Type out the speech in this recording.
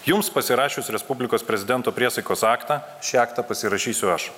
jums pasirašius respublikos prezidento priesaikos aktą šį aktą pasirašysiu aš